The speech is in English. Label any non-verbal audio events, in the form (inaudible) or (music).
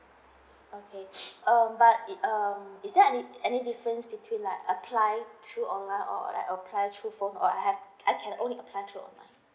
okay (breath) um but it um is there any any difference between I apply through online or I apply through phone or I have I can only apply through online